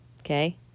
Okay